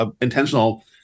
intentional